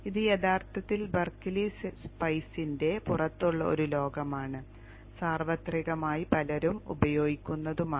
ഇത് യഥാർത്ഥത്തിൽ ബെർക്ക്ലി സ്പൈസിന്റെ പുറത്തുള്ള ഒരു ലോകമാണ് സാർവത്രികമായി പലരും ഉപയോഗിക്കുന്നതുമാണ്